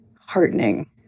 heartening